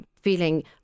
feeling